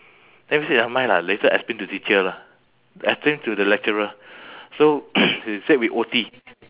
then we say nevermind lah later explain to teacher lah explain to the lecturer so we said we O_T